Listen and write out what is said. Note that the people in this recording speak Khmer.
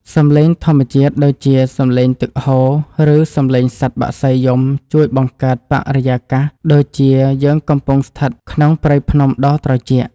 សំឡេងធម្មជាតិដូចជាសំឡេងទឹកហូរឬសំឡេងសត្វបក្សីយំជួយបង្កើតបរិយាកាសដូចជាយើងកំពុងស្ថិតក្នុងព្រៃភ្នំដ៏ត្រជាក់។